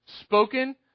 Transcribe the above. spoken